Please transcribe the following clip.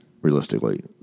Realistically